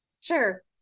Sure